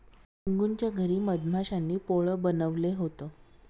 गुनगुनच्या घरी मधमाश्यांनी पोळं बनवले होते